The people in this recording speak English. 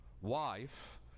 wife